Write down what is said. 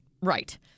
Right